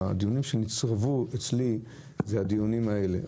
הדיונים שנצרבו בזיכרוני הם הדיונים האלה.